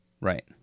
right